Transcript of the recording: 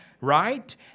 right